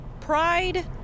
pride